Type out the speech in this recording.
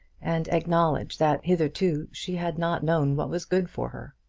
and acknowledge that hitherto she had not known what was good for her.